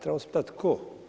Trebamo se pitat tko?